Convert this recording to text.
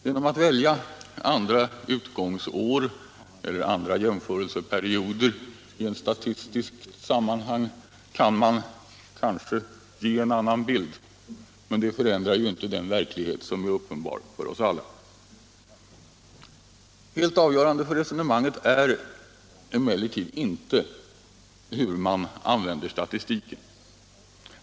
Genom att välja andra utgångsår eller andra jämförelseperioder i ett statistiskt sammanhang kan man kanske ge en annan bild, men det förändrar inte den verklighet som är uppenbar för oss alla. Helt avgörande för resonemanget är emellertid någonting annat än hur man använder statistiken.